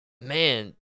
man